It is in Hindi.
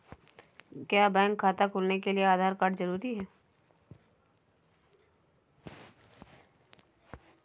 क्या बैंक खाता खोलने के लिए आधार कार्ड जरूरी है?